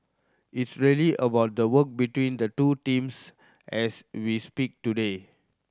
it's really about the work between the two teams as we speak today